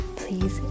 please